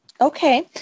Okay